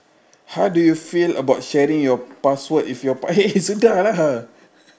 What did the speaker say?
how do you feel about sharing your password if your eh sudah lah